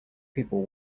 people